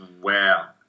Wow